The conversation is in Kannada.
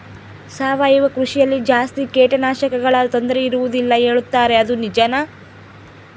ಸಾವಯವ ಕೃಷಿಯಲ್ಲಿ ಜಾಸ್ತಿ ಕೇಟನಾಶಕಗಳ ತೊಂದರೆ ಇರುವದಿಲ್ಲ ಹೇಳುತ್ತಾರೆ ಅದು ನಿಜಾನಾ?